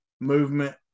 movement